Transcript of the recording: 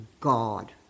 God